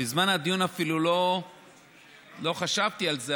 בזמן הדיון אפילו לא חשבתי על זה,